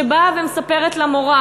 שבאה ומספרת למורה,